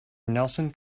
nelson